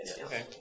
Okay